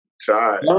Try